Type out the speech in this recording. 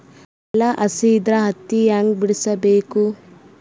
ನೆಲ ಹಸಿ ಇದ್ರ ಹತ್ತಿ ಹ್ಯಾಂಗ ಬಿಡಿಸಬೇಕು?